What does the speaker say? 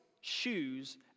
shoes